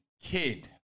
kid